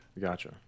Gotcha